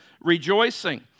rejoicing